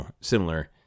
similar